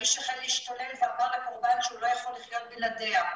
האיש החל להשתולל ואמר לקורבן שהוא לא יכול לחיות בלעדיה,